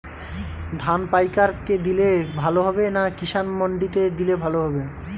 ধান পাইকার কে দিলে ভালো হবে না কিষান মন্ডিতে দিলে ভালো হবে?